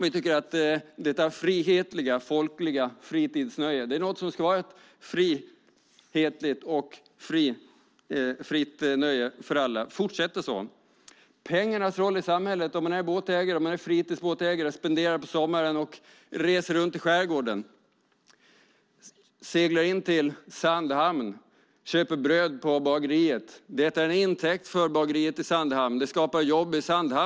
Vi tycker att detta frihetliga och folkliga fritidsnöje är något som ska fortsätta att vara ett frihetligt och fritt nöje för alla. Sedan gäller det pengarnas roll i samhället. Om man är båtägare och fritidsbåtsägare kan man på sommaren resa runt i skärgården, segla in till Sandhamn och köpa bröd på bageriet. Det är en intäkt för bageriet i Sandhamn. Det skapar jobb i Sandhamn.